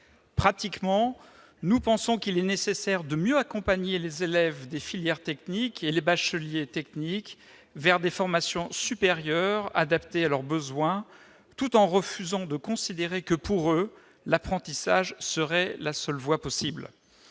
Pratiquement, nous pensons qu'il est nécessaire de mieux accompagner les élèves des filières techniques et les bacheliers techniques vers des formations supérieures adaptées à leurs besoins, tout en refusant de considérer que, pour eux, l'apprentissage serait la seule voie possible.